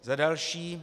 Za další.